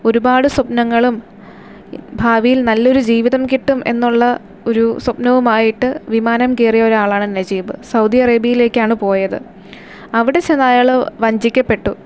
ഒരുപാട് സ്വപ്നങ്ങളും ഭാവിയിൽ നല്ലൊരു ജീവിതം കിട്ടും എന്നുള്ള ഒരു സ്വപ്നവുമായിട്ട് വിമാനം കയറിയ ഒരാളാണ് നജീബ് സൗദി അറേബിയയിലേക്കാണ് പോയത് അവിടെ ചെന്നു അയാൾ വഞ്ചിക്കപ്പെട്ടു